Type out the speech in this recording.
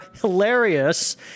hilarious